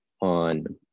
on